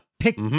Pick